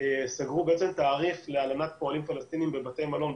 סגרו בעצם תאריך להלנת פועלים פלסטינים בבתי מלון,